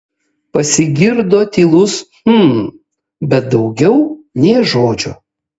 pasigirdo tylus hm bet daugiau nė žodžio